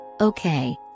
Okay